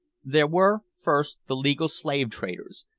there were, first the legal slave-traders,